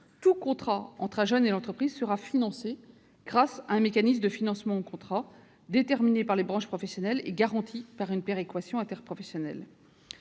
tout contrat entre un jeune et l'entreprise sera financé grâce à un mécanisme de financement au contrat, dont le montant sera déterminé par les branches professionnelles et qui sera garanti par une péréquation interprofessionnelle.